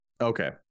Okay